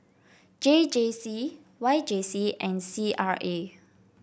J J C Y J C and C R A